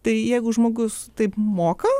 tai jeigu žmogus taip moka